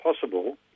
possible